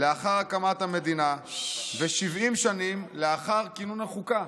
לאחר הקמת המדינה ו-70 שנים לאחר כינון החוקה.